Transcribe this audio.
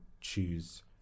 choose